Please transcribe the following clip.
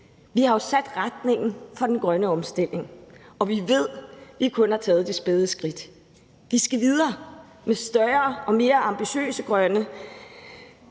Vi har jo sat retningen for den grønne omstilling, og vi ved, at vi kun har taget de første spæde skridt. Vi skal videre med større og mere ambitiøse grønne